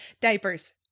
Diapers